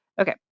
okay